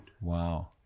wow